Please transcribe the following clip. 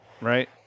right